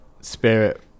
spirit